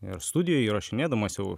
ir studijoj įrašinėdamas jau